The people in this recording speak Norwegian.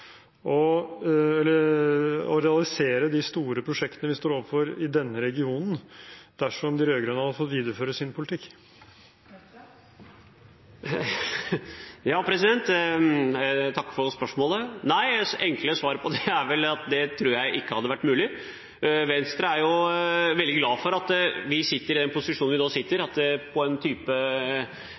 å realisere de store prosjektene vi står overfor i denne regionen, dersom de rød-grønne hadde fått videreføre sin politikk? Jeg takker for spørsmålet. Det enkle svaret på det er at det tror jeg ikke hadde vært mulig. Venstre er veldig glad for at vi sitter i den posisjonen som vi nå sitter i. Vi har budsjettmakt gjennom budsjettavtalen vi har, og ved at vi sitter på